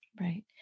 Right